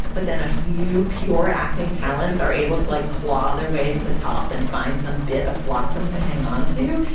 but then a few pure acting talents are able to, like, claw their way to the top and find some bit of flotsam to hang on to.